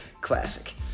Classic